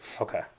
Okay